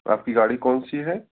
آپ کی گاڑی کون سی ہے